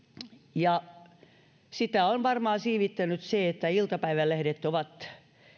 ja sitä on varmaan siivittänyt se että iltapäivälehdet ovat